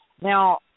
Now